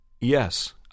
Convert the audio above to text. Yes